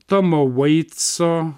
tomo vaitso